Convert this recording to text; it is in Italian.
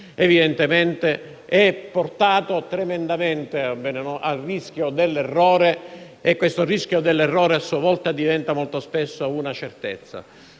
evidentemente è portato tremendamente al rischio dell'errore e questo rischio diventa molto spesso una certezza.